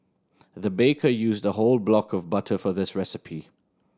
the baker used a whole block of butter for this recipe